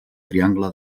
triangle